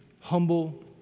Humble